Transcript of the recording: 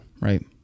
right